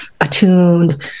attuned